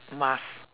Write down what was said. mask